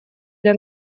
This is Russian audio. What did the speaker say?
для